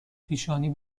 پیشانی